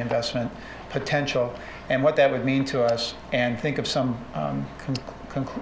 investment potential and what that would mean to us and think of some concrete